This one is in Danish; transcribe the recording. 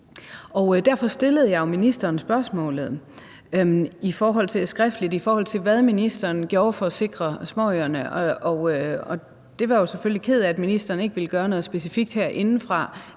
Derfor stillede jeg jo ministeren spørgsmålet skriftligt i forhold til, hvad ministeren gjorde for at sikre småøerne. Jeg er selvfølgelig ked af, at ministeren ikke vil gøre noget specifikt herindefra.